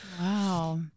wow